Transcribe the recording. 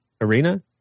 Arena